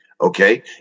okay